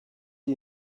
you